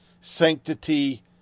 Sanctity